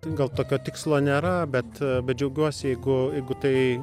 gal tokio tikslo nėra bet džiaugiuosi jeigu jeigu tai